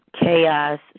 chaos